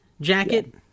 jacket